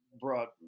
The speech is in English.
brought